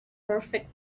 perfect